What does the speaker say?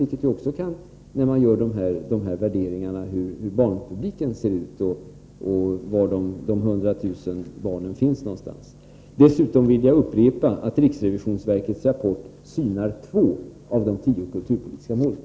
Hur barnpubliken ser ut och var någonstans de 100 000 barnen finns kan också vara intressant att veta när man gör värderingar. Dessutom vill jag upprepa att riksrevisionsverkets rapport synar två av de åtta kulturpolitiska målen.